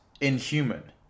inhuman